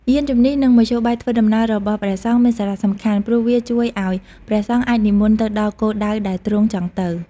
យានជំំនិះ និងមធ្យោបាយធ្វើដំណើររបស់ព្រះសង្ឃមានសារៈសំខាន់ព្រោះវាជួយឱ្យព្រះសង្ឃអាចនិមន្តទៅដល់គោលដៅដែលទ្រង់ចង់ទៅ។